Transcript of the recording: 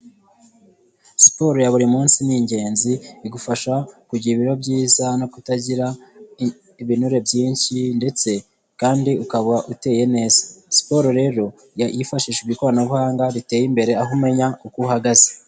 Siporo ya buri munsi ni ingenzi igufasha kugira ibiro byiza no kutagira ibinure byinshi ndetse kandi ukaba uteye neza, siporo rero yifashishije ikoranabuhanga riteye imbere aho umenya uko uhagaze.